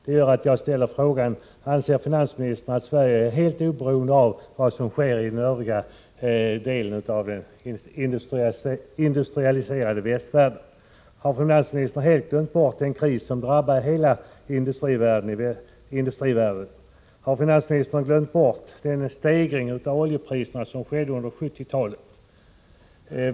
Det gör att jag ställer frågan: Anser finansministern att Sverige är helt oberoende av vad som sker i den övriga delen av den industrialiserade västvärlden? Har finansministern helt glömt bort den kris som drabbar hela industrivärlden? Har finansministern glömt bort den stegring av oljepriserna som skedde under 1970-talet?